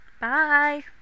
Bye